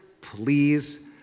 please